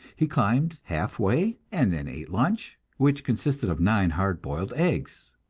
he climbed half way, and then ate lunch, which consisted of nine hard boiled eggs.